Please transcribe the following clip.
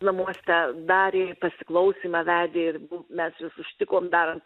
namuose darė pasiklausymą vedė ir mes juos užtikom darant